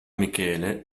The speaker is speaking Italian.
michele